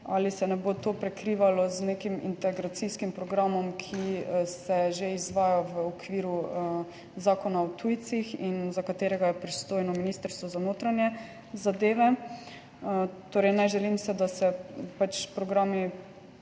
ali se ne bo to prekrivalo z nekim integracijskim programom, ki se že izvaja v okviru Zakona o tujcih in za katerega je pristojno Ministrstvo za notranje zadeve. Torej si ne želim, da se programi